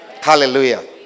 Hallelujah